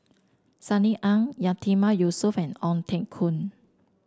Sunny Ang Yatiman Yusof and Ong Teng Koon